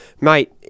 mate